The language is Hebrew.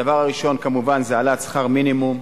הדבר הראשון, כמובן, זה העלאת שכר המינימום.